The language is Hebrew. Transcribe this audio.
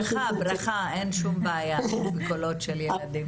ברכה, ברכה, אין שום בעיה עם קולות של ילדים.